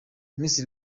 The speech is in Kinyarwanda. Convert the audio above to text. miss